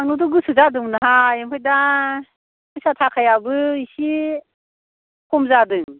थांनोथ' गोसो जादोंमोनहाय आमफ्राय दा फैसा थाखायाबो एसे खम जादों